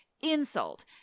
insult